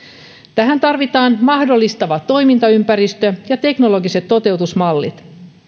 tähän tarvitaan mahdollistava toimintaympäristö ja teknologiset toteutusmallit